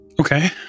Okay